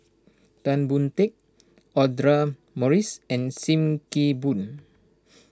Tan Boon Teik Audra Morrice and Sim Kee Boon